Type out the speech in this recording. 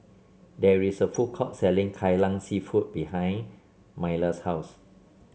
there is a food court selling Kai Lan seafood behind Myla's house